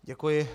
Děkuji.